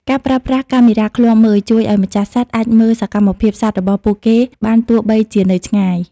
ការប្រើប្រាស់កាមេរ៉ាឃ្លាំមើល ជួយឱ្យម្ចាស់សត្វអាចមើលសកម្មភាពសត្វរបស់ពួកគេបានទោះបីជានៅឆ្ងាយ។